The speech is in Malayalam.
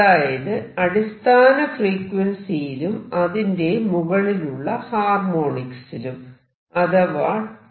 അതായത് അടിസ്ഥാന ഫ്രീക്വൻസിയിലും അതിന്റെ മുകളിലുള്ള ഹാർമോണിക്സിലും അഥവാ clasical